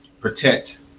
protect